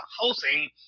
housing